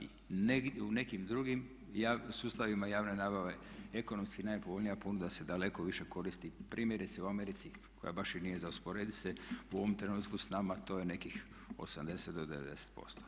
U nekim drugim sustavima javne nabave ekonomski najpovoljnija ponuda se daleko više koristi primjerice u Americi koja baš i nije za usporedit se u ovom trenutku s nama, to je nekih 80 do 90%